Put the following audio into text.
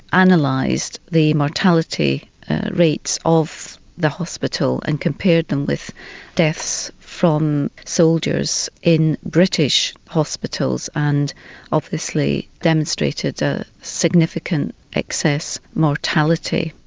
and like the mortality rates of the hospital and compared them with deaths from soldiers in british hospitals and obviously demonstrated a significant excess mortality.